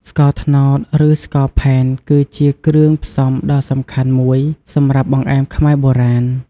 ស្ករត្នោត ឬ ស្ករផែនគឺជាគ្រឿងផ្សំដ៏សំខាន់មួយសម្រាប់បង្អែមខ្មែរបុរាណ។